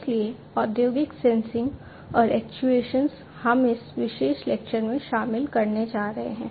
इसलिए औद्योगिक सेंसिंग हम इस विशेष लेक्चर में शामिल करने जा रहे हैं